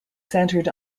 centered